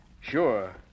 Sure